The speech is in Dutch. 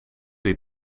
die